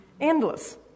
Endless